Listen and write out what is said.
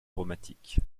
aromatique